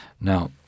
Now